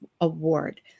Award